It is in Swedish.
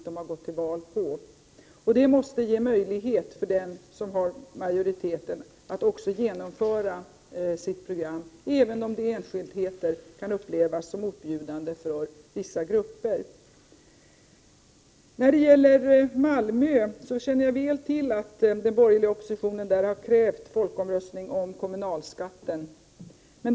Det måste också ges möjlighet för den gruppering som har majoriteten att genomföra sitt program, även om detta i enskildheter kan upplevas som motbjudande för vissa grupper. När det gäller Malmö känner jag väl till att den borgerliga oppositionen där har krävt folkomröstning om kommunalskatten.